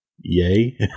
yay